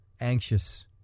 anxious